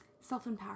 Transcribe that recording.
Self-empowerment